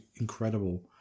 incredible